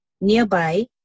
nearby